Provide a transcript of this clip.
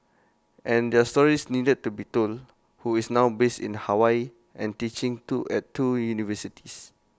and their stories needed to be told who is now based in Hawaii and teaching two at two universities